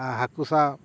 ᱦᱟᱹᱠᱩ ᱥᱟᱵ